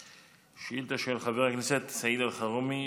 שאילתה של חבר הכנסת סעיד אלחרומי,